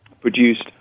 produced